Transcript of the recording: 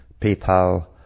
PayPal